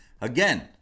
Again